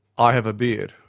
i have a beard.